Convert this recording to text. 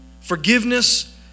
forgiveness